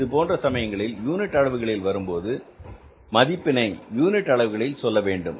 இதுபோன்ற சமயங்களில் யூனிட் அளவுகளில் வரும்போது மதிப்பினை யூனிட் அளவுகளில் சொல்ல வேண்டும்